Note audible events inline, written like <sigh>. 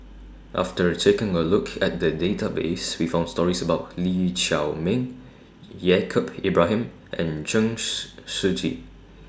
after taking A Look At The Database We found stories about Lee Chiaw Meng Yaacob Ibrahim and Chen <unintelligible> Shiji